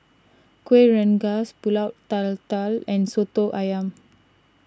Kueh Rengas Pulut Tatal and Soto Ayam